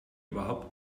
überhaupt